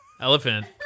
Elephant